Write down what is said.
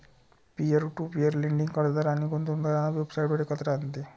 peer to peer lending कर्जदार आणि गुंतवणूकदारांना वेबसाइटवर एकत्र आणते